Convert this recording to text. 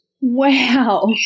Wow